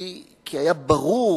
כי היה ברור